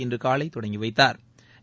இன்று காலை தொடங்கி வைத்தாா்